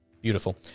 Beautiful